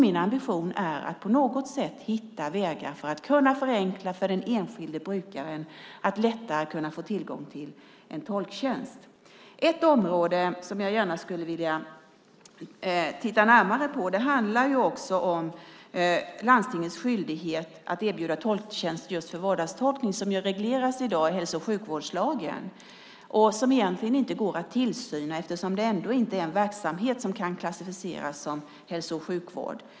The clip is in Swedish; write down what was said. Min ambition är att på något sätt hitta vägar för att förenkla för den enskilde brukaren att lättare få tillgång till en tolktjänst. Ett område som jag gärna vill titta närmare på handlar om landstingens skyldighet att erbjuda tolktjänst just för vardagstolkning. Den regleras i dag i hälso och sjukvårdslagen. Det går egentligen inte att utöva tillsyn eftersom det ändå inte är en verksamhet som kan klassificeras som hälso och sjukvård.